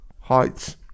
heights